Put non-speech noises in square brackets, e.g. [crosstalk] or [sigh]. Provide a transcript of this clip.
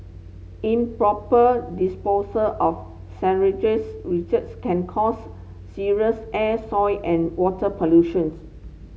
improper disposal of sewage's [unintelligible] can cause serious air soil and water pollution [unintelligible]